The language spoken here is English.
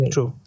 True